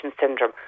syndrome